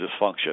dysfunction